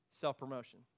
Self-promotion